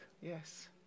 Yes